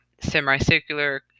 semicircular